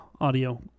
audio